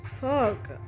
fuck